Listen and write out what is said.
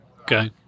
Okay